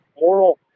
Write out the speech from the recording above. moral